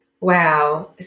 Wow